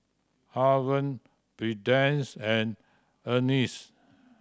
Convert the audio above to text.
Haven Prudence and Ernie